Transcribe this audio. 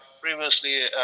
previously